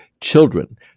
Children